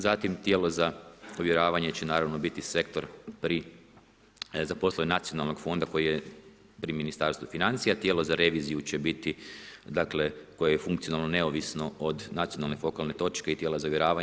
Zatim, tijelo za ovjeravanje će naravno biti sektor pri za poslove nacionalnog fonda koji je pri Ministarstvu financija, tijelo za reviziju će biti koje je funkcionalno neovisno od nacionalno fokalne točke i tijela za ovjeravanje.